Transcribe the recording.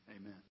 Amen